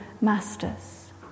masters